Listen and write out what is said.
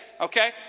okay